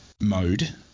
mode